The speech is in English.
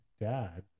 Dad